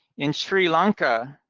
in sri lanka,